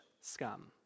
scum